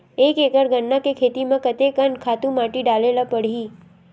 एक एकड़ गन्ना के खेती म कते कन खातु माटी डाले ल पड़ही?